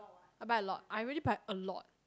I buy a lot I really buy a lot